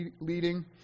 leading